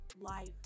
life